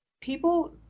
people